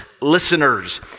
listeners